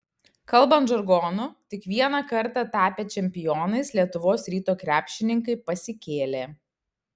kalbant žargonu tik vieną kartą tapę čempionais lietuvos ryto krepšininkai pasikėlė